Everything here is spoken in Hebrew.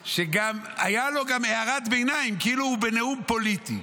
שהייתה לו גם הערת ביניים כאילו הוא בנאום פוליטי.